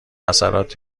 اثرات